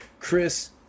Chris